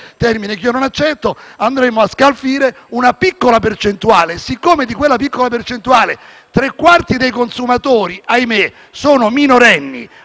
termine che io non accetto - andremmo a scalfire una piccola percentuale e siccome di quella piccola percentuale tre quarti dei consumatori - ahimè - sono minorenni,